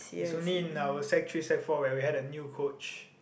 is only in our sec-three sec-four where we had a new coach